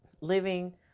living